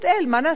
מה נעשה?